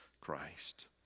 Christ